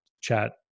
chat